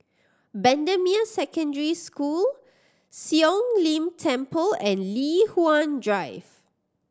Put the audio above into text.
Bendemeer Secondary School Siong Lim Temple and Li Hwan Drive